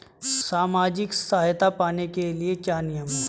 सामाजिक सहायता पाने के लिए क्या नियम हैं?